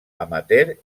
amateur